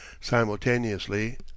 Simultaneously